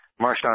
Marshawn